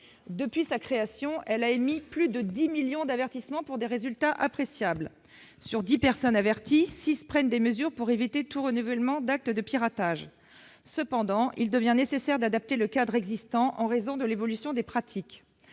Depuis sa création, elle a émis plus de 10 millions d'avertissements, pour des résultats appréciables : sur dix personnes averties, six prennent des mesures pour éviter tout renouvellement d'actes de piratage. Cependant, il devient nécessaire d'adapter le cadre existant, en raison de l'évolution des pratiques.